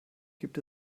gibt